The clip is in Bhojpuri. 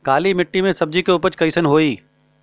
काली मिट्टी में सब्जी के उपज कइसन होई?